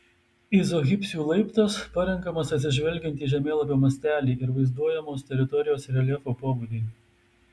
izohipsių laiptas parenkamas atsižvelgiant į žemėlapio mastelį ir vaizduojamos teritorijos reljefo pobūdį